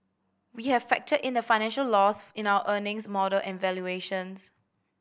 we have factored in the financial loss in our earnings model and valuations